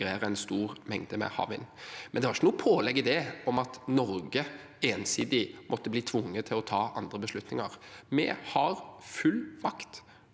en stor mengde med havvind, men det var ikke noe pålegg i det om at Norge ensidig måtte bli tvunget til å ta andre beslutninger. Vi har full makt